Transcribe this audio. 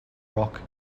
rock